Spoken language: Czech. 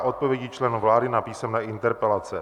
Odpovědi členů vlády na písemné interpelace